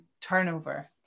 turnover